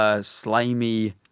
slimy